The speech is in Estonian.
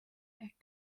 ehk